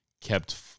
kept